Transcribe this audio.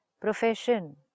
Profession